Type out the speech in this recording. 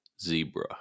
zebra